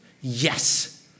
Yes